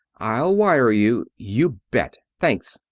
i'll wire you. you bet. thanks.